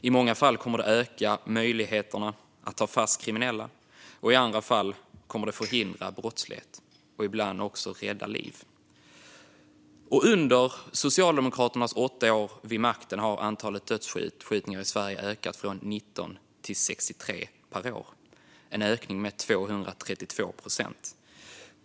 I många fall kommer det att öka möjligheterna att ta fast kriminella. I andra fall kommer det att förhindra brottslighet. Ibland kommer det också att rädda liv. Under Socialdemokraternas åtta år vid makten ökade antalet dödsskjutningar i Sverige från 19 till 63 per år, en ökning med 232 procent.